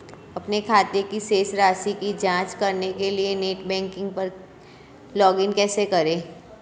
अपने खाते की शेष राशि की जांच करने के लिए नेट बैंकिंग पर लॉगइन कैसे करें?